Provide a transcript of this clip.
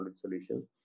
solution